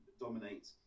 dominate